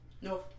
no